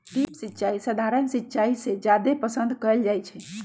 drip सिंचाई सधारण सिंचाई से जादे पसंद कएल जाई छई